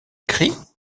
cris